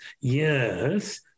yes